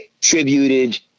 tributed